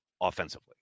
offensively